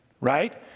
right